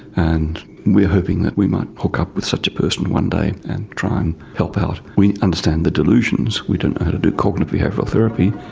and we are hoping we might hook up with such a person one day and try and help out. we understand the delusions, we don't know how to do cognitive behavioural therapy,